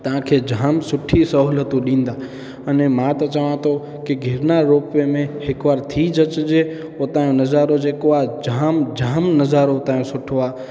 तव्हांखे जाम सुठी सहूलियतूं ॾींदा अने मां त चवां थो की गिरनार रोप वे में हिक बार थी ज अचिजे हुतां जो नज़ारो जेको आहे जाम जाम नज़ारो हुतां जो सुठो आहे